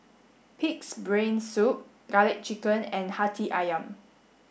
pig's brain soup garlic chicken and Hati Ayam